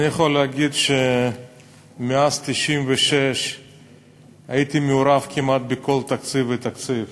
אני יכול להגיד שמאז 1996 הייתי מעורב כמעט בכל תקציב ותקציב.